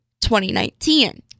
2019